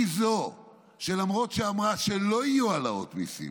היא זו שלמרות שאמרה שלא יהיו העלאות מיסים,